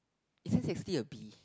isn't sixty a B